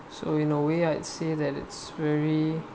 so in a way I see that it's very